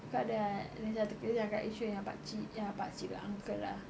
aku ada ah ni satu case kat yishun yang pakcik ya uncle lah